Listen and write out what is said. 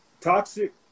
Toxic